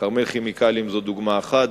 "כרמל כימיקלים" זאת דוגמה אחת,